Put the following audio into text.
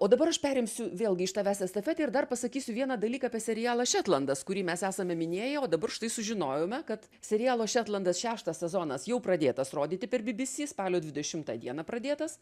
o dabar aš perimsiu vėlgi iš tavęs estafetę ir dar pasakysiu vieną dalyką apie serialą šetlandas kurį mes esame minėję o dabar štai sužinojome kad serialo šetlandas šeštas sezonas jau pradėtas rodyti per bbc spalio dvidešimtą dieną pradėtas